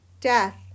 Death